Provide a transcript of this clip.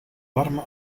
warme